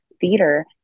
theater